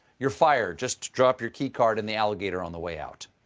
you're fired. just drop your keycard in the alligator on the way out.